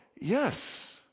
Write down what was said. yes